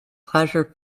pleasure